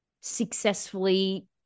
successfully